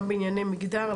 גם בענייני מגדר,